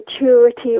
maturity